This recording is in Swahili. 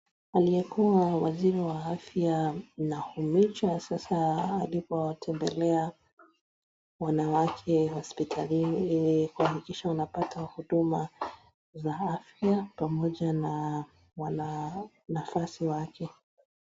Aliyekuwa waziri wa afya Nakhumicha sasa alipowatembelea wanawake hospitalini ili kuhakikisha wanapata huduma za afya pamoja na wana nafasi wake.